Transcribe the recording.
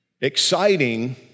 exciting